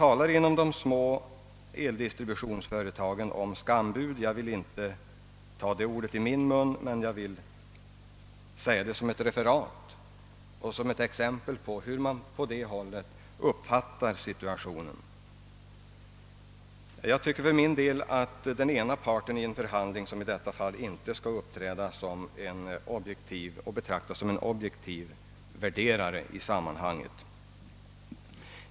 Bland de små eldistributionsföretagen talar man i detta sammanhang om »skambud», Jag vill inte själv stå för denna beskrivning, men jag vill nämna det i referatform såsom ett exempel på hur man på det hållet uppfattar situationen, Enligt min mening skall dock inte den ena parten i en förhandling, som i detta fall, betraktas som en objektiv värderare i sammanhanget.